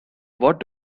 what